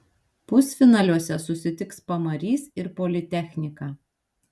pusfinaliuose susitiks pamarys ir politechnika